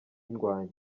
indwanyi